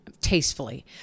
tastefully